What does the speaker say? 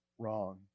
wrong